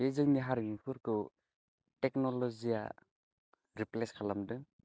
बे जोंनि हारिमुफोरखौ थेक्न'ल'जिया रिप्लेस खालामदों